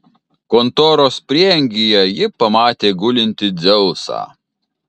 kontoros prieangyje ji pamatė gulintį dzeusą